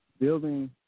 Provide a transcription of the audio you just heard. Building